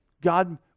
God